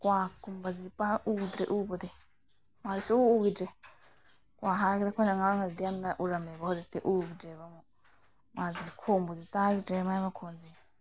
ꯀ꯭ꯋꯥꯛ ꯀꯨꯝꯕꯁꯦ ꯄꯥꯛ ꯎꯗ꯭ꯔꯦ ꯎꯕꯗꯤ ꯃꯥꯁꯦ ꯁꯨꯛꯎ ꯎꯒꯤꯗ꯭ꯔꯦ ꯀ꯭ꯋꯥꯛ ꯍꯥꯏꯔꯒꯗꯤ ꯑꯩꯈꯣꯏꯅ ꯑꯉꯥꯉ ꯑꯣꯏꯔꯤꯉꯩꯗꯗꯤ ꯌꯥꯝꯅ ꯎꯔꯝꯃꯦꯕ ꯍꯧꯖꯤꯛꯇꯤ ꯎꯒꯤꯗ꯭ꯔꯦꯕ ꯑꯃꯨꯛ ꯃꯥꯁꯦ ꯈꯣꯡꯕꯁꯨ ꯇꯥꯒꯤꯗ꯭ꯔꯦ ꯃꯥꯒꯤ ꯃꯈꯣꯟꯁꯦ